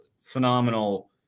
phenomenal